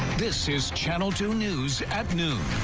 this is channel two news. at noon.